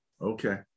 Okay